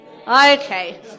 Okay